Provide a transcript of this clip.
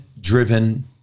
driven